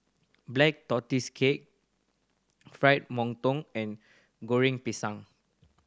Black Tortoise Cake Fried Mantou and Goreng Pisang